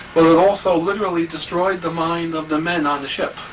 it also literally destroyed the minds of the men on the ship.